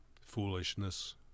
Foolishness